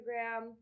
Instagram